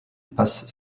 passe